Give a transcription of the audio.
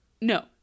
no